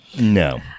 No